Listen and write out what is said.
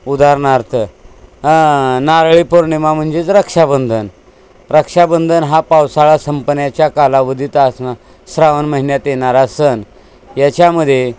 उदाहरणार्थ नारळी पौर्णिमा म्हणजेच रक्षाबंधन रक्षाबंधन हा पावसाळा संपण्याच्या कालावधीत असून श्रावण महिन्यात येणारा सण याच्यामध्ये